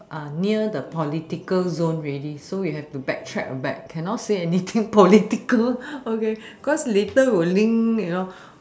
near the political zone already so we have to backtrack back cannot say anything political okay because will link you know